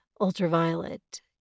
ultraviolet